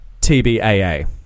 TBAA